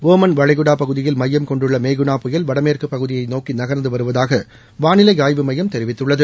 Yemen வளைகுடா பகுதியில் மையம் கொண்டுள்ள மேகுனா புயல் வடமேற்கு பகுதியை நோக்கி நகர்ந்து வருவதாக வானிலை ஆய்வு மையம் தெரிவித்துள்ளது